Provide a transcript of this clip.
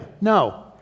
No